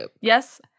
Yes